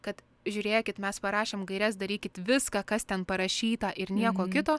kad žiūrėkit mes parašėm gaires darykit viską kas ten parašyta ir nieko kito